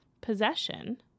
possession